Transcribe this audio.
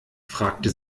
fragte